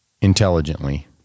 intelligently